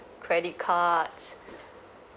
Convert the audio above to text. credit cards